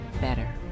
better